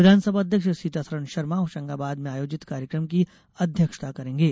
विधानसभा अध्यक्ष सीतासरण शर्मा होशंगाबाद में आयोजित कार्यक्रम की अध्यक्षता करेंगे